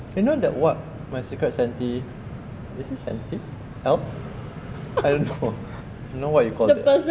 you know that what my secret santee is it santee elf I don't know know what you called it